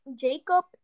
Jacob